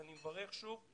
אני שוב מברך.